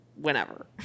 whenever